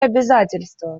обязательства